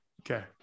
Okay